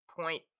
point